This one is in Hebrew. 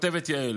כותבת יעל,